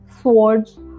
swords